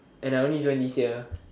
and only join this year